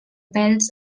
pèls